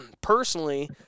Personally